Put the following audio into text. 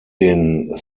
den